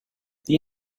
the